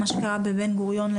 מה שקרה בבן גוריון,